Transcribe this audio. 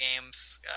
games